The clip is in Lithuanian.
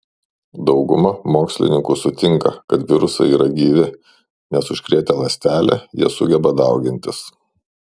dauguma mokslininkų sutinka kad virusai yra gyvi nes užkrėtę ląstelę jie sugeba daugintis